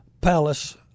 Palace